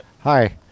hi